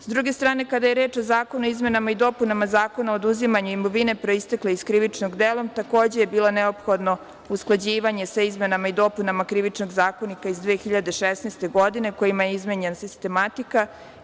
Sa druge strane, kada je reč o Zakonu o izmenama i dopunama Zakona o oduzimanju imovine proistekle iz krivičnog dela, takođe je bilo neophodno usklađivanje sa izmenama i dopunama Krivičnog zakonika iz 2016. godine, kojima je izmenjena sistematika.